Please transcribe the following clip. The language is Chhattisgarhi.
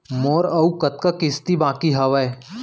मोर अऊ कतका किसती बाकी हवय?